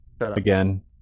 again